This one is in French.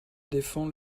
défend